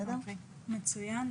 מצוין.